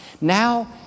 Now